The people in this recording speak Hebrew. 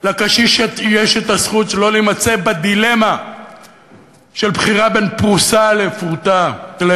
לקשיש יש זכות שלא להימצא בדילמה של בחירה בין פרוסה לתרופה,